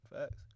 Facts